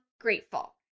grateful